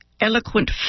eloquent